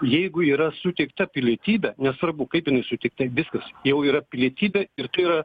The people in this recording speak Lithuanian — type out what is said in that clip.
jeigu yra suteikta pilietybė nesvarbu kaip jinai suteikta viskas jau yra pilietybė ir tai yra